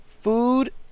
food